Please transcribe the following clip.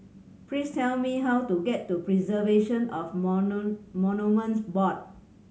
please tell me how to get to Preservation of Monuments Board